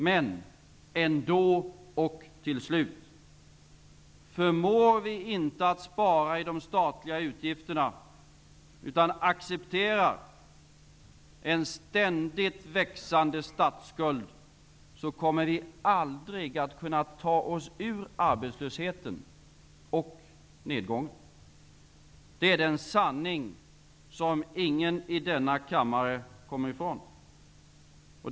Men ändå, till slut: Förmår vi inte att spara i de statliga utgifterna, utan accepterar en ständigt växande statsskuld, kommer vi aldrig att kunna ta oss ur arbetslösheten och nedgången. Det är den sanning som ingen i denna kammare kommer ifrån.